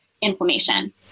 inflammation